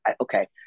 okay